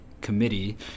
committee